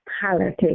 politics